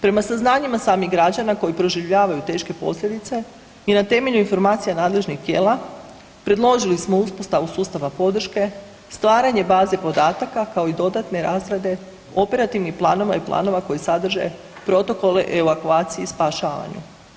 Prema saznanjima samih građana koji proživljavaju teške posljedice i na temelju informacija nadležnih tijela predložili smo uspostavu sustava podrške, stvaranje baze podataka kao i dodatne razrade operativnih planova i planova koji sadrže protokole, evakuacije i spašavanju.